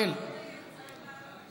חבריי חברי הכנסת,